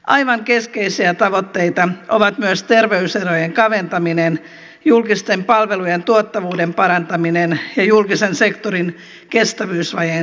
aivan keskeisiä tavoitteita ovat myös terveyserojen kaventaminen julkisten palvelujen tuottavuuden parantaminen ja julkisen sektorin kestävyysvajeen supistaminen